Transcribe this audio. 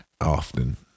often